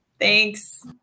Thanks